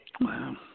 Wow